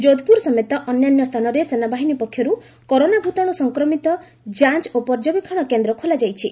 ଯୋଧ୍ପ୍ରର ସମେତ ଅନ୍ୟାନ୍ୟ ସ୍ଥାନରେ ସେନାବାହିନୀ ପକ୍ଷରୁ କରୋନା ଭୂତାଣୁ ସଂକ୍ରମିତ ଯାଞ୍ଚ୍ ଓ ପର୍ଯ୍ୟବେକ୍ଷଣ କେନ୍ଦ୍ର ଖୋଲାଯାଇଛି